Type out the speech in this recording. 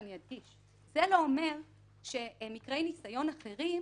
ואני אדגיש: זה לא אומר שמקרי ניסיון אחרים